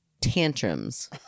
tantrums